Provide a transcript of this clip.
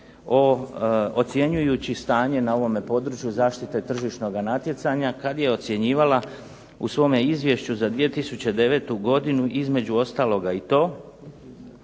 ocjenjujući stanje na ovome području zaštite tržišnoga natjecanja kad je ocjenjivala u svome izvješću za 2009. godinu između ostaloga i to